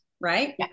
right